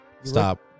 Stop